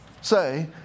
say